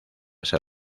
ser